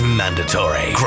mandatory